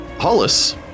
Hollis